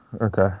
Okay